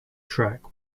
track